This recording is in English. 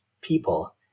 people